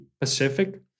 Pacific